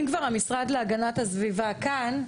אם כבר המשרד להגנת הסביבה כאן,